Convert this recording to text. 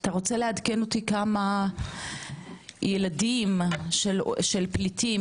אתה רוצה לעדכן אותי כמה ילדים של פליטים,